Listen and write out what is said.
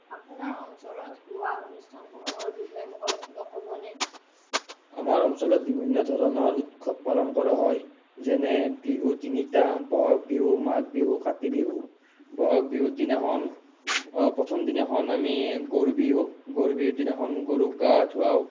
আপোনাৰ অঞ্চলত হোৱা অনুষ্ঠানসমূহৰ বিষয়ে মোক অলপ কিবা ক'বনে আমাৰ অঞ্চলত বিভিন্ন ধৰণৰ উৎসৱ পালন কৰা হয় যেনে বিহু তিনিটা বহাগ বিহু মাঘ বিহু কাতি বিহু বহাগ বিহুৰ দিনাখন প্ৰথম দিনাখন আমি গৰু বিহু গৰু বিহুৰ দিনাখন গৰুক গা ধুৱাওঁ